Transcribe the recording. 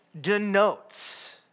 denotes